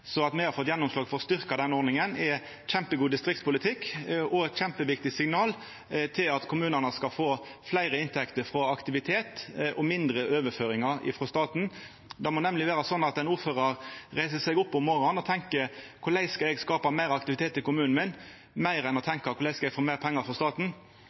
Så at me har fått gjennomslag for å styrkja denne ordninga, er kjempegod distriktspolitikk og eit kjempeviktig signal om at kommunane skal få fleire inntekter frå aktivitet og mindre overføringar frå staten. Det må nemleg vera slik at ein ordførar reiser seg opp om morgonen og tenkjer: Korleis skal eg skapa meir aktivitet i kommunen min? – meir enn å tenkja: Korleis skal eg få meir pengar frå staten?